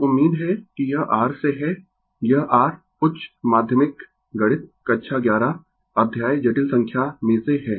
तो उम्मीद है कि यह r से है यह r उच्च माध्यमिक गणित कक्षा 11 अध्याय जटिल संख्या में से है